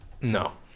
No